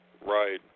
right